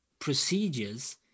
Procedures